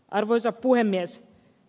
arvoisa puhemies